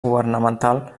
governamental